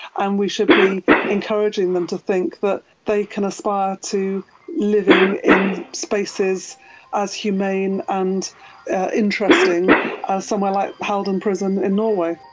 and we should be encouraging them to think that they can aspire to living in spaces as humane and interesting as somewhere like halden prison in norway.